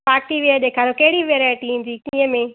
party wear ॾेखारियो कहिड़ी variety ईंदी टीहें में